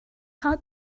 hard